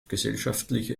gesellschaftlicher